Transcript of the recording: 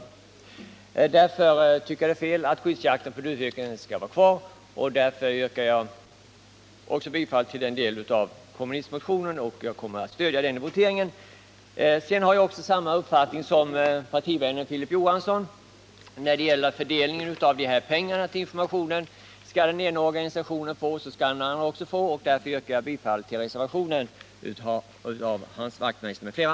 Jag tycker alltså att det är fel att skyddsjakten på duvhök skall vara kvar och yrkar av den anledningen bifall till motionerna 1278 och 1282. Jag har samma uppfattning som partivännen Filip Johansson när det gäller fördelningen av pengarna för informationen. Skall den ena organisationen få pengar, skall också den andra få. Därför yrkar jag bifall till reservationen av Hans Wachtmeister m.fl.